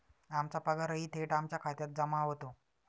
आमचा पगारही थेट आमच्या खात्यात जमा होतो